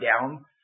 down